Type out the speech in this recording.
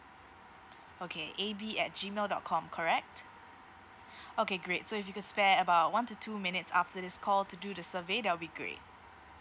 okay A B at G mail dot com correct okay great so if you could spare about one to two minutes after this call to do the survey that will be great